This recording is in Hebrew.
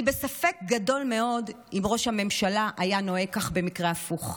אני בספק גדול מאוד אם ראש הממשלה היה נוהג כך במקרה הפוך.